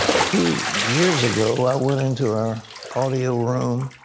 a few years ago, i went into our audio room,